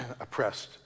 oppressed